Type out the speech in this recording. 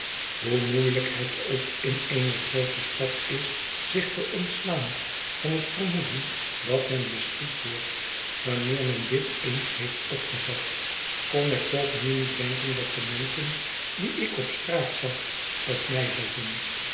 hoe moeielyk het ook in eene groote stad is zich te ontslaan van het vermoeden dat men bespied wordt wanneer men dit eens heeft opgevat kon ik toch nu niet denken dat de menschen die ik op straat zag op mij letten